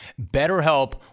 BetterHelp